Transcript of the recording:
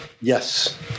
Yes